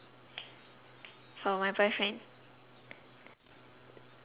for my boyfriend